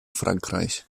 frankreich